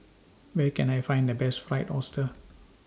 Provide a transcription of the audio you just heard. Where Can I Find The Best Fried Oyster